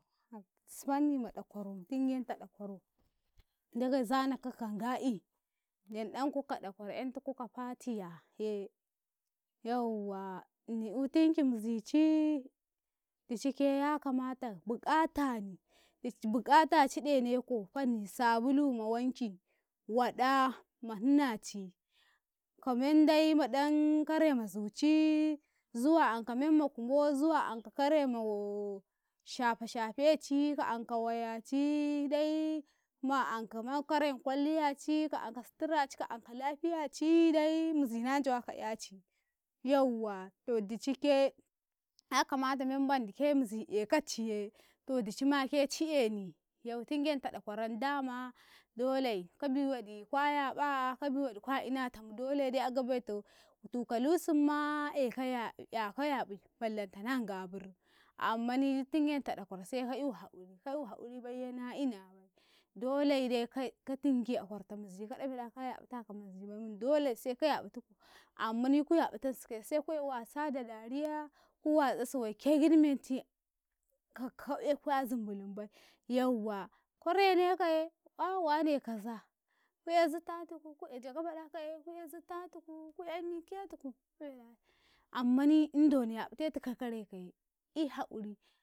﻿An saii fanni ma ɗakwaro tingenta ɗakwaro ndagei, zana ka kanga'i yanɗanku ka ɗakwaro 'yan tuku ka fatiya yawwa ini eutinki mizici dicike ya kamata buqatani die buqataci ɗeneko fanni sabulu ma wanki waɗa mahinna cika mendai maɗan kare ma zuci zuwa anka memma kumo zuwa anka kare maw shafa-shafeci ka anka wayacii dai ma anka kwalliayaci ka anka sitiraci ka anka lafiyaci dai mizi nanjawaka 'yaci yawwato dicike kamatikau memmandike mizi ekaciye to dicimake ci eni yau tinagenta ɗakwaran dama dolai ka biwadi kwa yaƃa ka biwadi kwa ina tam dole a gabaita utu ka lusunma ake yab'yaka yaƃi ballantana qaburun ammani tingenta dakwaro seka eu haquri ka euhaquri baiye na inabai dolaide kai ka tingi a kwarta mizi ka dafe da ka yaƃata ka mizibai mun dole seka yaƃattiko ammani kuyaƃatansikaye suke wasa da dariya ko watsasi waike giɗmenti ka ka ehkuya a zumbulumbai yawwa kurene kaye ah wane kaza ku eh zita tuku ku e jaga baɗakaye ku eeh zita tuku ku e miketuku, ammani indon yaƃatetika rai kaye i haquri.